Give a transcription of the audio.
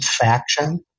faction